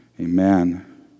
Amen